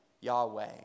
Yahweh